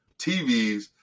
TVs